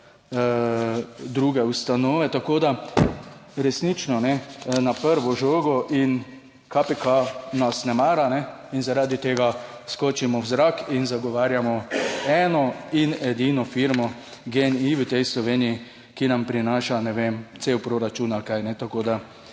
druge ustanove. Tako da resnično ne na prvo žogo in KPK nas ne mara in zaradi tega skočimo v zrak in zagovarjamo eno in edino firmo GEN-I i v tej Sloveniji, ki nam prinaša, ne vem, cel proračun ali kaj